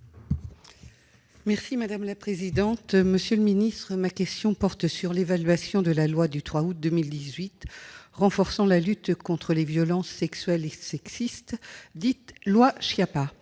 est à Mme Chantal Deseyne. Ma question porte sur l'évaluation de la loi du 3 août 2018 renforçant la lutte contre les violences sexuelles et sexistes, dite loi Schiappa.